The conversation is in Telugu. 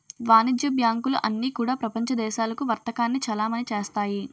వాణిజ్య బ్యాంకులు అన్నీ కూడా ప్రపంచ దేశాలకు వర్తకాన్ని చలామణి చేస్తాయి